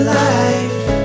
life